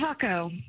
Taco